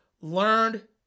learned